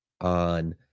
on